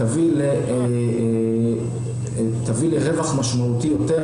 תביא לרווח משמעותי יותר